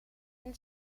een